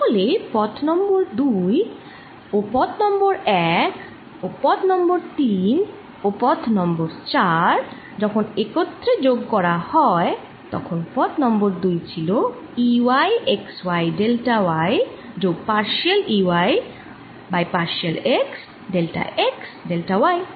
তাহলে পথ নং 2 ও পথ নং 1 ও পথ নং 3 ও পথ নং 4 যখন একত্রে যোগ করা হয় পথ নং 2 ছিল E y x y delta y যোগ partial E y partial x delta x delta y